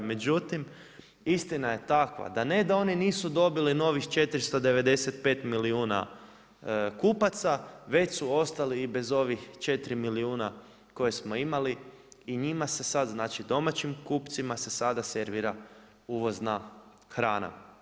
Međutim, istina je takva da ne da oni nisu dobili novih 495 milijuna kupaca već su ostali i bez ovih 4 milijuna koje smo imali i njima se sad, znači domaćim kupcima se sada servira uvozna hrana.